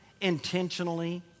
intentionally